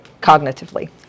cognitively